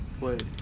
Wait